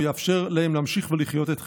הוא יאפשר להן להמשיך ולחיות את חייהן.